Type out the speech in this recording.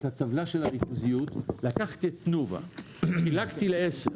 את תנובה וחילקתי לעשר,